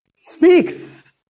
speaks